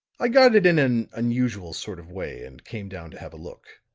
i got it in an unusual sort of way, and came down to have a look.